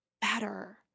better